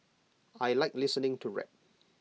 I Like listening to rap